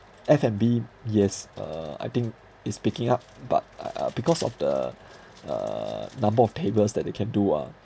F&B yes uh I think is picking up but uh uh because of the uh number of tables that they can do ah